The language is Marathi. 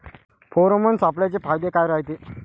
फेरोमोन सापळ्याचे फायदे काय रायते?